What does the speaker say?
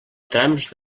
trams